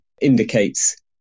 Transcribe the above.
indicates